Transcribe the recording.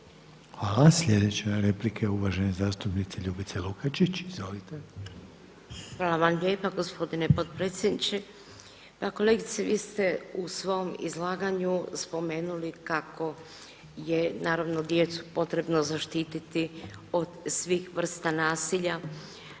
Hvala. Sljedeća replika je uvažene zastupnice Ljubice Lukačić. Izvolite. **Lukačić, Ljubica (HDZ)** Hvala vam lijepa gospodine potpredsjedniče. Pa kolegice vi ste u svom izlaganju spomenuli kako je naravno djecu potrebno zaštiti od svih vrsta nasilja